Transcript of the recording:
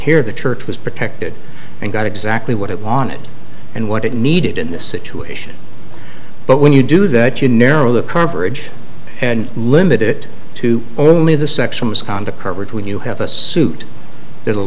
here the church was protected and got exactly what it wanted and what it needed in this situation but when you do that you narrow the coverage and limit it to only the sexual misconduct pervert when you have a suit